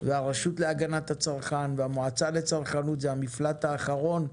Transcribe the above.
והרשות להגנת הצרכן והמועצה לצרכנות הן המפלט האחרון.